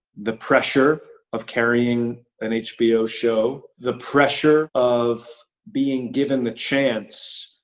the pressure of carrying an hbo show. the pressure of being given the chance,